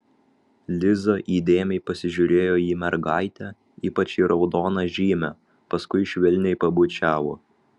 liza įdėmiai pasižiūrėjo į mergaitę ypač į raudoną žymę paskui švelniai pabučiavo